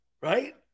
Right